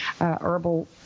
herbal